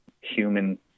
human